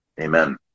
amen